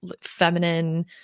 feminine